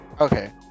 okay